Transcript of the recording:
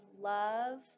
love